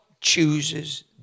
chooses